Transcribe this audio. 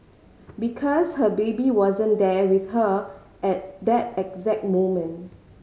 because her baby wasn't there with her at that exact moment